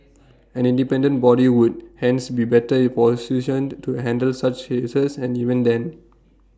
an independent body would hence be better positioned to handle such cases and even then